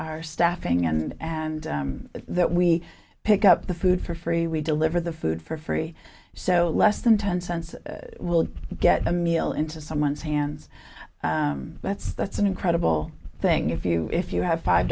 our staffing and and that we pick up the food for free we deliver the food for free so less than ten cents will get a meal into someone's hands that's that's an incredible thing if you if you have five